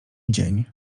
dzień